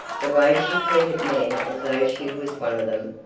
the way she treated men as though she was one of them,